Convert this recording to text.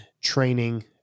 training